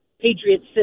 Patriots